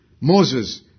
Moses